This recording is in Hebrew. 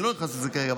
אני לא נכנס לזה כרגע,